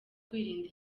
kwirinda